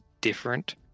different